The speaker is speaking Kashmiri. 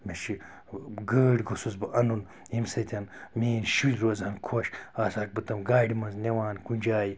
مےٚ چھِ گٲڑۍ گوٚژھُس بہٕ اَنُن ییٚمہِ سۭتۍ میٛٲنۍ شُرۍ روزِ ہان خۄش آسہٕ ہاکھ بہٕ تِم گاڑِ منٛز نِوان کُنہِ جایہِ